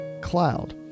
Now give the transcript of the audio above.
cloud